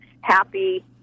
happy